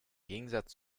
gegensatz